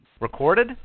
Recorded